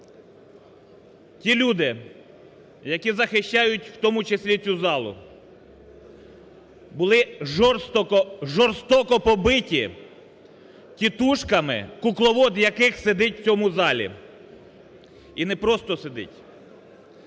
Ті люди, які захищають, в тому числі цю залу, були жорстоко побиті тітушками, кукловод яких сидить в цьому залі. І не просто сидить.